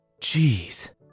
Jeez